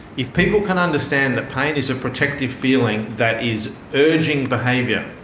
if people can understand that pain is a protective feeling that is urging behaviour,